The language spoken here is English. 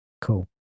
Cool